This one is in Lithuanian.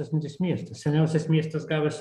esantis miestas seniausias miestas gavęs